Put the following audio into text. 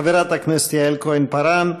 חברת הכנסת יעל כהן-פארן.